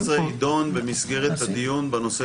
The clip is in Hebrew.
סעיף 15 יידון במסגרת הדיון בנושא